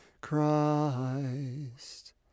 Christ